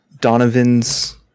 donovan's